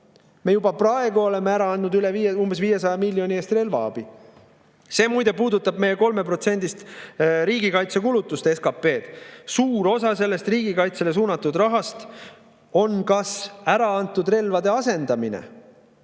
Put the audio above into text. Me juba praegu oleme ära andnud umbes 500 miljoni eest relvaabi. See muide puudutab meie 3%‑list riigikaitsekulutust SKP‑st. Suur osa sellest riigikaitsele suunatud rahast on kas ära antud relvade asendamine